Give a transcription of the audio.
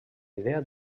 idea